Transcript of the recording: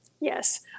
Yes